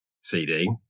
CD